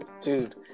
Dude